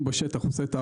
אני בשטח עושה את העבודה,